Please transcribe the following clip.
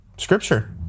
Scripture